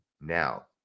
now